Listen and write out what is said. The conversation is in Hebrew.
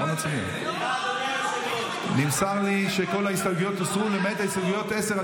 נמסר לי שכל ההסתייגויות הוסרו למעט הסתייגויות 10 12,